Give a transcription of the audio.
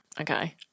Okay